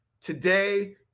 Today